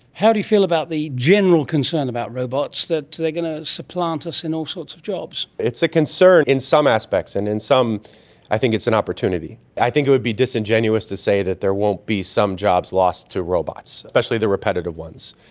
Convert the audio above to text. how do you feel about the general concern about robots that they are going to supplant us in all sorts of jobs? it's a concern in some aspects, and in some i think it's an opportunity. i think it would be disingenuous to say that there won't be some jobs lost to robots, especially the repetitive ones.